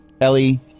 Ellie